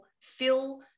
fill